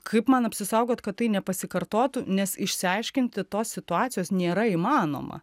kaip man apsisaugot kad tai nepasikartotų nes išsiaiškinti tos situacijos nėra įmanoma